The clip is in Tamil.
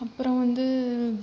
அப்புறம் வந்து